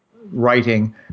writing